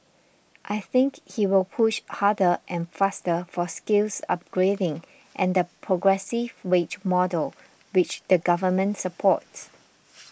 I think he will push harder and faster for skills upgrading and the progressive wage model which the Government supports